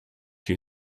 you